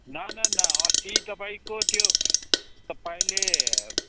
ना ना ना अस्ति तपाईँको त्यो तपाईँले